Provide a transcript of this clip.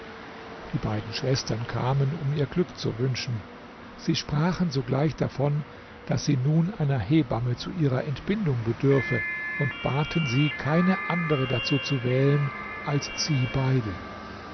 die beiden schwestern kamen um ihr glück zu wünschen sie sprachen sogleich davon daß sie nun einer hebamme zu ihrer entbindung bedürfe und baten sie keine andere dazu zu wählen als sie beide